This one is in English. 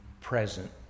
present